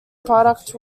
product